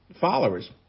followers